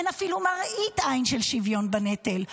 אין אפילו מראית עין של שוויון בנטל.